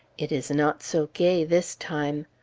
it is not so gay this time.